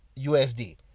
usd